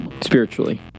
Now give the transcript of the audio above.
spiritually